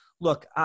Look